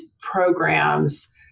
programs